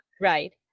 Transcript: Right